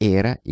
era